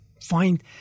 find